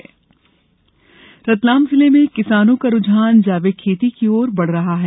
जैविक खेती रतलाम जिले में किसानों का रूझान जैविक खेती की ओर बढ़ रहा है